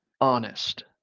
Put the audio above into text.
honest